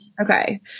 okay